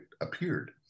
appeared